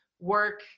work